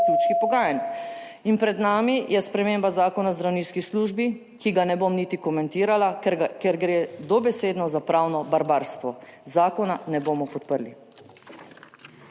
zaključki pogajanj. In pred nami je sprememba zakona o zdravniški službi, ki ga ne bom niti komentirala, ker gre dobesedno za pravno barbarstvo. Zakona ne bomo podprli.